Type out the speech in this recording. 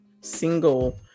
single